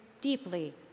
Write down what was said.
deeply